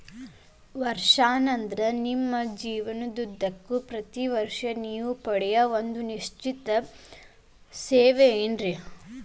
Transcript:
ವರ್ಷಾಶನ ಅಂದ್ರ ನಿಮ್ಮ ಜೇವನದುದ್ದಕ್ಕೂ ಪ್ರತಿ ವರ್ಷ ನೇವು ಪಡೆಯೂ ಒಂದ ನಿಶ್ಚಿತ ಮೊತ್ತದ ಹಣ ಆಗಿರ್ತದ